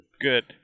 Good